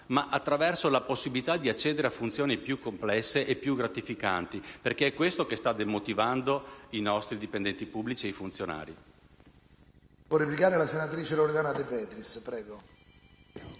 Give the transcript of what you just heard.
ma dando la possibilità di accedere a funzioni più complesse e più gratificanti, perché è questo che sta demotivando i nostri dipendenti pubblici e i funzionari.